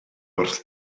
wrth